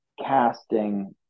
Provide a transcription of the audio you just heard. casting